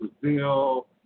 Brazil